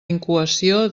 incoació